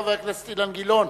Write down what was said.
חבר הכנסת אילן גילאון.